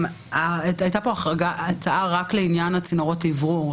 הייתה פה החרגה שזה בכפוף לאזהרה רק לגבי צינורות אוורור.